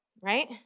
right